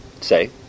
say